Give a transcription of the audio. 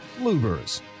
Lubers